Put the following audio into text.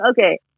Okay